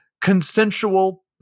consensual